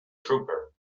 trooper